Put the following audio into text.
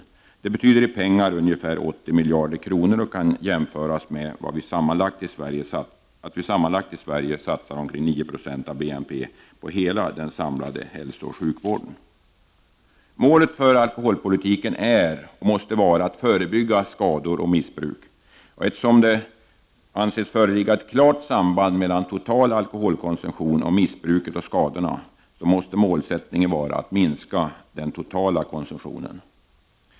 I pengar betyder detta ungefär 80 miljarder kronor. Det kan jämföras med att vi sammanlagt i Sverige satsar omkring 9 26 av BNP på hela hälsooch sjukvården. Målet för alkoholpolitiken är, och måste vara, att förebygga skador och missbruk. Eftersom det anses föreligga ett klart samband mellan total alkoholkonsumtion, missbruket och skadorna, måste målsättningen vara att minska den totala konsumtionen.